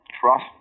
trust